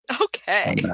Okay